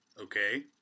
Okay